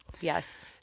Yes